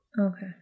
okay